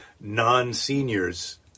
non-seniors